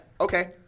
Okay